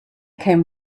came